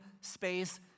space